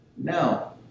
No